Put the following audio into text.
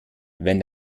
wenn